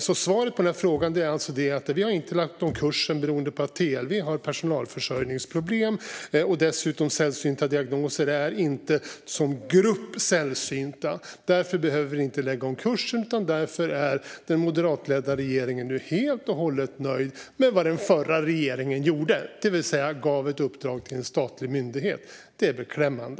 Svaret på frågan är alltså att vi inte har lagt om kursen beroende på att TLV har personalförsörjningsproblem och att sällsynta diagnoser som grupp dessutom inte är sällsynta. Därför behöver vi inte lägga om kursen, utan därför är den moderatledda regeringen nu helt och hållet nöjd med vad den förra regeringen gjorde, det vill säga att den gav ett uppdrag till en statlig myndighet. Det är beklämmande.